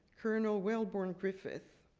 colonel welborn griffith.